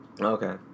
Okay